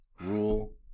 rule